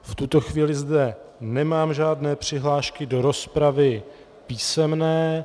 V tuto chvíli zde nemám žádné přihlášky do rozpravy písemné.